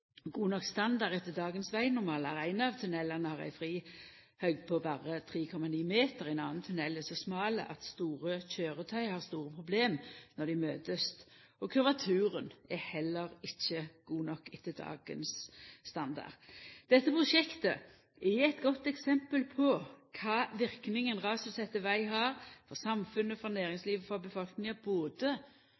god nok standard etter dagens vegnormalar. Ein av tunnelane har ei fri høgd på berre 3,9 meter. Ein annan tunnel er så smal at store køyretøy har store problem når dei møtest. Kurvaturen er heller ikkje god nok, etter dagens standard. Dette prosjektet er eit godt døme på kva verknader ein rasutsett veg har for samfunnet, for næringslivet og for befolkninga, både